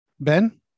Ben